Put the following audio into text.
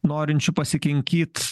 norinčių pasikinkyt